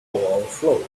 overflow